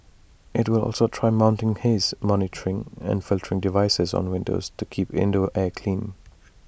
IT will also try mounting haze monitoring and filtering devices on windows to keep indoor air clean